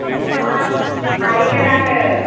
नोंसोरनावहाय थाहैगोन आङो